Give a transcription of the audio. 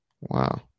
Wow